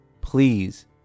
Please